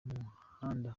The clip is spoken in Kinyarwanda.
muhanda